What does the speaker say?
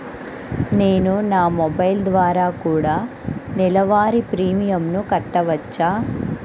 నేను నా మొబైల్ ద్వారా కూడ నెల వారి ప్రీమియంను కట్టావచ్చా?